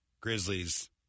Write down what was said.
Grizzlies